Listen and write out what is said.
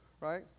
Right